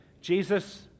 Jesus